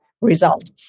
result